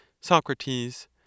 Socrates